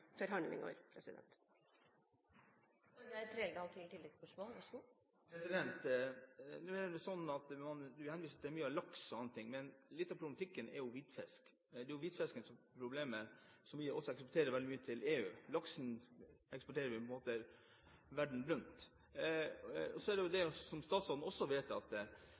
henviser mye til laks og sånne ting, men litt av problematikken er jo hvitfisk. Det er jo hvitfisken, som vi også eksporterer veldig mye av til EU, som er problemet. Laksen eksporterer vi på en måte verden rundt. Så er det jo det, som statsråden også